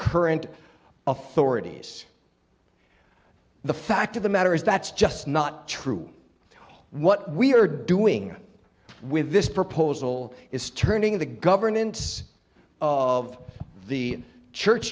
current authorities the fact of the matter is that's just not true what we're doing with this proposal is turning the governments of the church